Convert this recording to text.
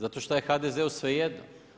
Zato što je HDZ-u svejedno.